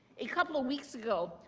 a couple of weeks ago,